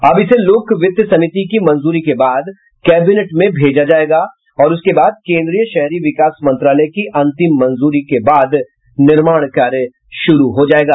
अब इसे लोक वित्त समिति की मंजूरी के बाद कैबिनेट में भेजा जायेगा और उसके बाद केन्द्रीय शहरी विकास मंत्रालय की अंतिम मंजूरी के बाद निर्माण कार्य शुरू हो जायेगा